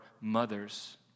mothers